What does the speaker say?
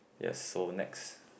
yes so next